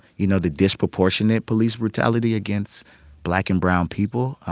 you know, the disproportionate police brutality against black and brown people.